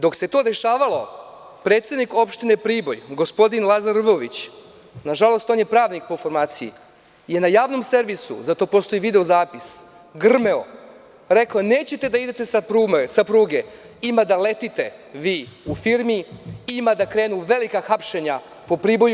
Dok se to dešavalo, predsednik opštine Priboj, gospodin Lazar Rvović, nažalost on je pravnik po formaciji, je na javnom servisu, zato postoji video zapis, grmeo, rekao – nećete da ide sa pruge, ima da letite vi u firmi i ima da krenu velika hapšenja po Priboju.